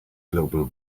global